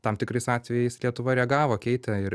tam tikrais atvejais lietuva reagavo keitė ir